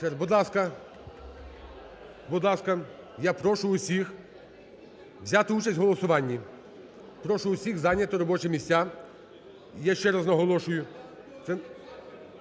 Будь ласка, я прошу всіх взяти участь в голосуванні. Прошу всіх зайняти робочі місця. І я ще раз наголошую,